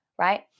right